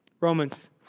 Romans